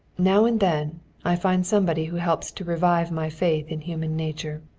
now and then i find somebody who helps to revive my faith in human nature.